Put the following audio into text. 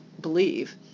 believe